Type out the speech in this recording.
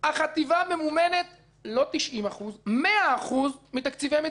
החטיבה ממומנת לא 90% אלא 100% מתקציבי מדינה.